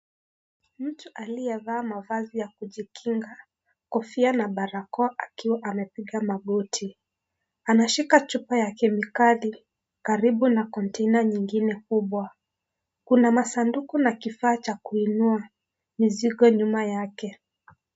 Mtu aliyevaa mavazi ya kujikinga Kofia na barakoa akiwa amepiga magoti. Anashika chupa ya kemikali karibu na (CS)container(CS )nyingine kubwa ,kuna masanduku na kifaa cha kuinua mzigo nyuma yake.